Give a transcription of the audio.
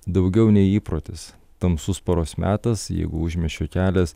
daugiau nei įprotis tamsus paros metas jeigu užmiesčio kelias